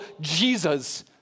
Jesus